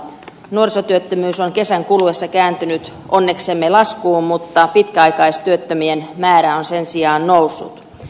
nuorisotyöttömyys on kesän kuluessa kääntynyt onneksemme laskuun mutta pitkäaikaistyöttömien määrä on sen sijaan noussut